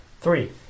Three